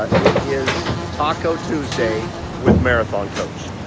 ah it is taco tuesday with marathon coach.